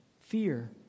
fear